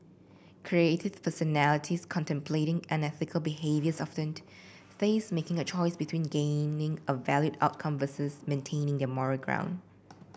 creative personalities contemplating unethical behaviours often face making a choice between gaining a valued outcome versus maintaining their moral ground